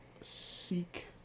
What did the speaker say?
seek